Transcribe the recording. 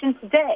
today